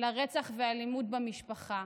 לרצח ולאלימות במשפחה,